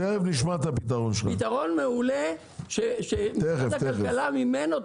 נשמע את הפתרון שלך --- פתרון מעולה שמשרד הכלכלה מימן אותו.